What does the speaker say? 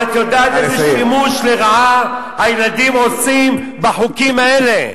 ואת יודעת איזה שימוש לרעה הילדים עושים בחוקים האלה.